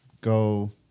go